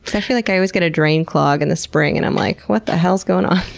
i feel like i always get a drain clog in the spring and i'm like, what the hell is going ah